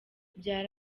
byari